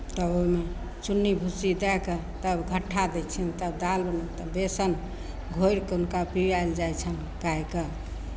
तब ओहिमे चुन्नी भुस्सी दए कऽ तब घट्ठा दै छियनि तब दालि बेसन घोरि कऽ हुनका पियायल जाइ छनि गायकेँ